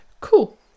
cool